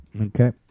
Okay